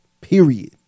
Period